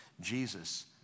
jesus